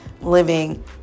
living